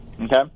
Okay